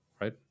Right